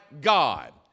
god